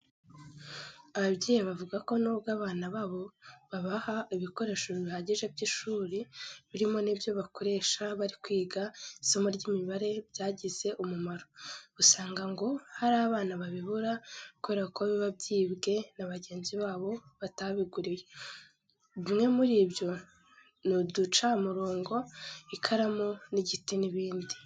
Ababyeyi bavuga ko nubwo abana babo babaha ibikoresho bihagije by'ishuri birimo n'ibyo bakoresha bari kwiga isomo ry'imibare byagize umumaro, usanga ngo hari abana babibura kubera ko biba byibwe na bagenzi babo batabiguriye. Bimwe muri byo ni uducamurongo, ikaramu y'igiti n'ibindi.